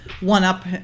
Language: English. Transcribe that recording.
one-up